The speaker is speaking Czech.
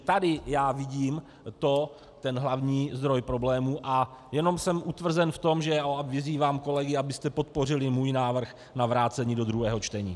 Tady vidím ten hlavní zdroj problémů a jenom jsem utvrzen v tom a vyzývám kolegy, abyste podpořili můj návrh na vrácení do druhého čtení.